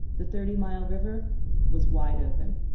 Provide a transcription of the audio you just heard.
the thirty mile river was wide open.